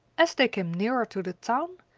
as they came nearer to the town,